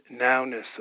nowness